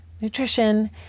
nutrition